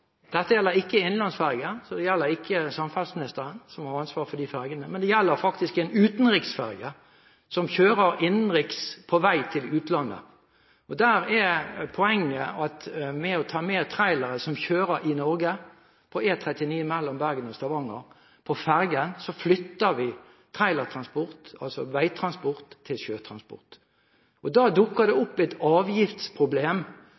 Dette gjelder ikke innenlandsferjer, så det gjelder ikke samferdselsministeren som har ansvaret for de ferjene. Det gjelder faktisk en utenriksferje som kjører innenriks på vei til utlandet. Der er poenget at ved å ta med trailere som kjører i Norge på E39 mellom Bergen og Stavanger på ferjen, flytter vi trailertransport – altså veitransport – over til sjøtransport. Da dukker det